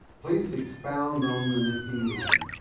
please expound on the nephilim.